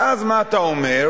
ואז, מה אתה אומר?